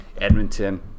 Edmonton